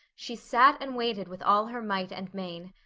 she sat and waited with all her might and main.